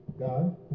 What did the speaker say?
God